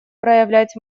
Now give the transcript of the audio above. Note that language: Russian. проявлять